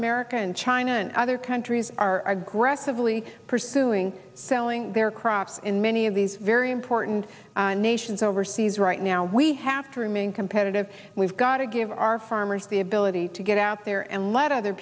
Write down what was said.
america and china and other countries are gress of really pursuing selling their crops in many of these very important nations overseas right now we have to remain competitive we've got to give our farmers the ability to get out there and let other